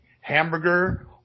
hamburger